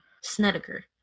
Snedeker